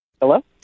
Hello